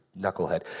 knucklehead